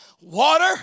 water